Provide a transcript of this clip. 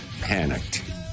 panicked